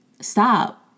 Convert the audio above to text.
stop